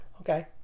Okay